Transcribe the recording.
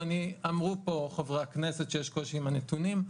אמרו פה חברי הכנסת שיש קושי עם הנתונים,